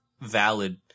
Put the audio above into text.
valid